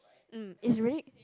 mm is really